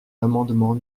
l’amendement